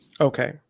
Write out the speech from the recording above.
Okay